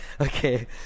Okay